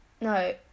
no